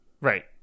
Right